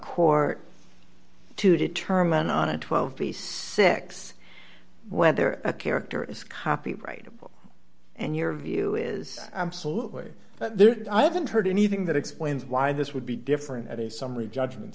core to determine on a twelve piece six whether a character is copyrightable and your view is absolutely there i haven't heard anything that explains why this would be different at a summary judgment